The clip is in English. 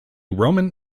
roman